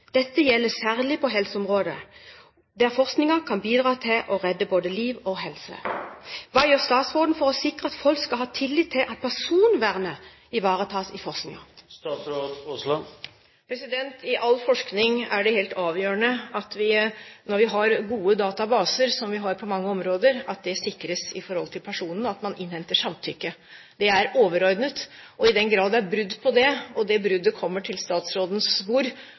særlig på helseområdet, der forskningen kan bidra til å redde både liv og helse. Hva gjør statsråden for å sikre at folk skal ha tillit til at personvernet ivaretas i forskningen? I all forskning er det helt avgjørende når vi har gode databaser, som vi har på mange områder, at de sikres i forhold til personen, og at man innhenter samtykke. Det er overordnet. I den grad det er brudd på dette, og det bruddet kommer på statsrådens bord,